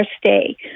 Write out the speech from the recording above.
stay